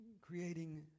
creating